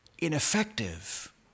Ineffective